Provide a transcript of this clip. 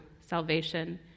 salvation